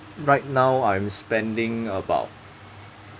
right now I'm spending about